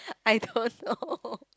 I don't know